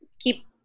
keep